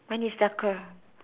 mine is darker